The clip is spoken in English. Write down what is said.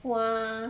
哇